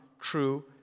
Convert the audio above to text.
true